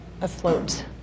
afloat